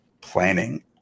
planning